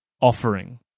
offering